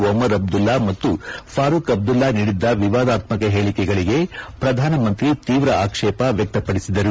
ಒಮರ್ ಅಬ್ದುಲ್ಲಾ ಮತ್ತು ಫಾರೂಕ್ ಅಬ್ದುಲ್ಲಾ ನೀಡಿದ್ದ ವಿವಾದಾತ್ಮಕ ಹೇಳಿಕೆಗಳಿಗೆ ಪ್ರಧಾನಮಂತ್ರಿ ತೀವ್ರ ಆಕ್ಷೇಪ ವ್ಯಕ್ತಪಡಿಸಿದರು